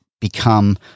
become